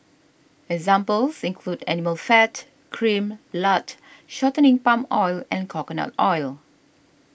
examples include animal fat cream lard shortening palm oil and coconut oil